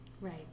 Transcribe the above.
right